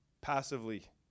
passively